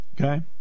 Okay